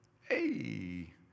hey